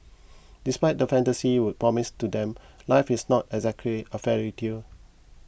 despite the fantasy world promised to them life is not exactly a fairy tale